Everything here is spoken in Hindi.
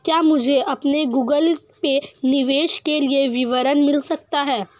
क्या मुझे अपने गूगल पे निवेश के लिए विवरण मिल सकता है?